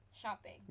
Shopping